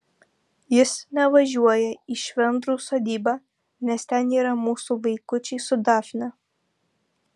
jis nevažiuoja į švendrų sodybą nes ten yra mūsų vaikučiai su dafne